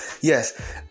Yes